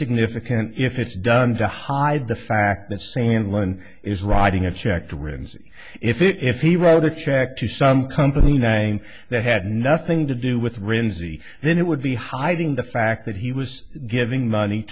significant if it's done to hide the fact that saying one is writing a check to ribbons if he wrote a check to some company name that had nothing to do with renzi then it would be hiding the fact that he was giving money